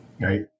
Right